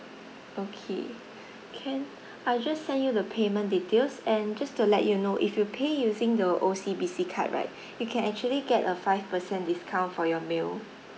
okay can I'll just send you the payment details and just to let you know if you pay using the O_C_B_C card right you can actually get a five percent discount for your meal